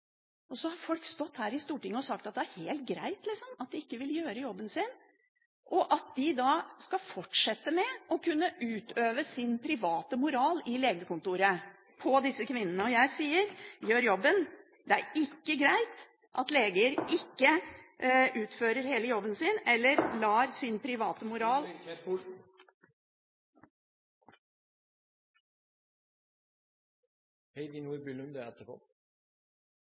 har folk stått her i Stortinget og sagt at det er helt greit at de ikke vil gjøre jobben sin, og at de skal fortsette med å kunne utøve sin private moral på disse kvinnene på legekontoret. Jeg sier: Gjør jobben, det er ikke greit at leger ikke utfører hele jobben sin, eller lar sin private moral